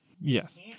Yes